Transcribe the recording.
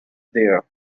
there